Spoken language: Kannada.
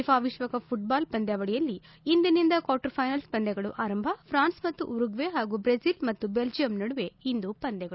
ಫಿಫಾ ವಿಶ್ವಕಪ್ ಫುಟ್ಪಾಲ್ ಪಂದ್ಯಾವಳಿಯಲ್ಲಿ ಇಂದಿನಿಂದ ಕ್ವಾಟರ್ ಫೈನಲ್ಸ್ ಪಂದ್ಯಗಳು ಆರಂಭ ಫ್ರಾನ್ಸ್ ಮತ್ತು ಉರುಗ್ನೆ ಹಾಗೂ ಬ್ರೆಜಿಲ್ ಮತ್ತು ಬೆಲ್ಲಿಯಂ ನಡುವೆ ಇಂದು ಪಂದ್ಯಗಳು